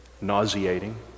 nauseating